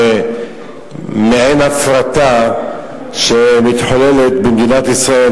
זה מעין הפרטה שמתחוללת במדינת ישראל,